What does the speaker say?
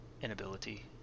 inability